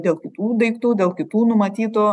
dėl kitų daiktų dėl kitų numatytų